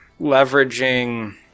leveraging